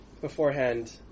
beforehand